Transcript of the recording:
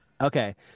Okay